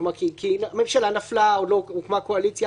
והרשימות בוועדת הבחירות המרכזית